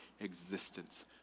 existence